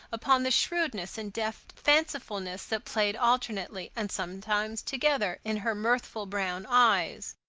upon the shrewdness and deft fancifulness that played alternately, and sometimes together, in her mirthful brown eyes.